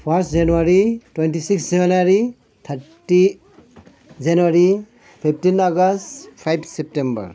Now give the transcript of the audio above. first January twenty six January thirty January fifteen August five September